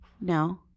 No